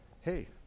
hey